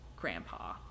Grandpa